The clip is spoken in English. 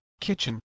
kitchen